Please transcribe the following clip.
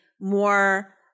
more